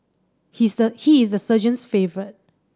he's the he is the sergeant's favourite